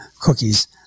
cookies